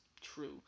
true